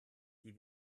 die